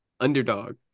Underdog